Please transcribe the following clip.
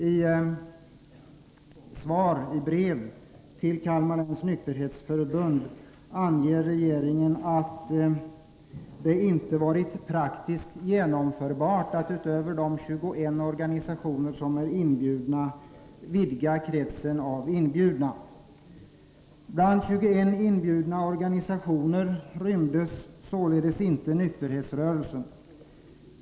I brev till Kalmar läns nykterhetsförbund anger regeringen att det inte varit praktiskt genomförbart att vidga den krets bestående av 21 organisationer som inbjudits. Bland 21 inbjudna organisationer rymdes således inte nykterhetsrörelsen.